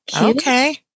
Okay